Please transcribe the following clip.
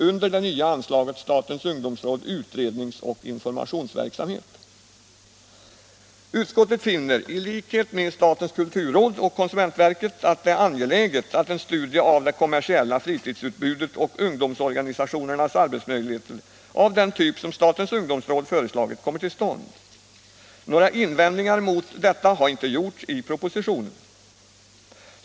under det nya anslaget Statens ungdomsråd: Utrednings och informationsverksamhet. Utskottet finner i likhet med statens kulturråd och konsumentverket att det är angeläget att en studie av det kommersiella fritidsutbudet och ungdomsorganisationernas arbetsmöjligheter av den typ som statens ungdomsråd föreslagit kommer till stånd. Några invändningar mot detta har inte gjorts i propositionen.